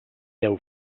deu